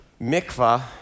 Mikvah